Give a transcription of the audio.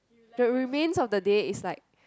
the remains of the dead is like